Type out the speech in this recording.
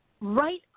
right